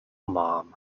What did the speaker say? mom